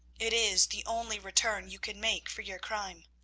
it is the only return you can make for your crime.